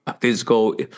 physical